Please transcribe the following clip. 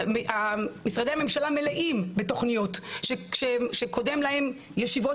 משרדי הממשלה מלאים בתוכניות שקודם לכן ישיבות